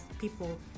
people